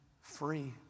free